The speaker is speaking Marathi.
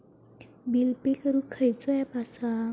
बिल पे करूक खैचो ऍप असा?